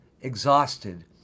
exhausted